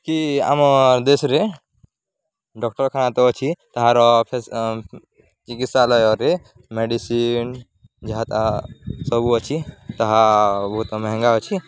କି ଆମ ଦେଶରେ ଡକ୍ଟରଖାନା ତ ଅଛି ତାହାର ଚିକିତ୍ସାଳୟରେ ମେଡ଼ିସିନ୍ ଯାହା ତାହା ସବୁ ଅଛି ତାହା ବହୁତ ମହଙ୍ଗା ଅଛି